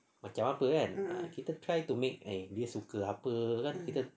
macam apa kan kita try to make eh dia suka apa kan